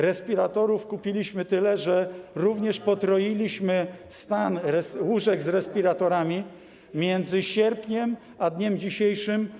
Respiratorów kupiliśmy tyle, że potroiliśmy stan łóżek z respiratorami między sierpniem a dniem dzisiejszym.